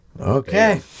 Okay